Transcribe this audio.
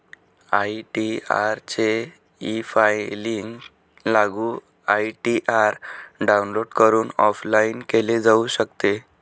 ITR चे efiling लागू ITR download करून ऑफलाइन केले जाऊ शकते